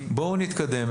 בואו נתקדם.